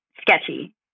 sketchy